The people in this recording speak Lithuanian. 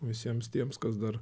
visiems tiems kas dar